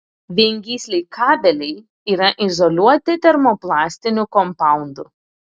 viengysliai kabeliai yra izoliuoti termoplastiniu kompaundu